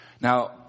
Now